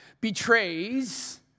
betrays